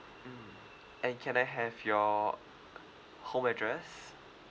mm and can I have your home address